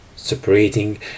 separating